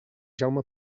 jaume